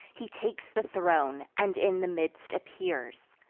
he takes the throne, and in the midst appears.